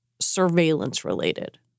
surveillance-related